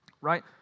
Right